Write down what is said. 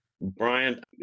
Brian